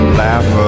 laugh